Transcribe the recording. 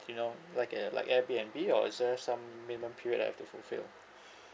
you know like a like A B and B or is there some minimum period I have to full fill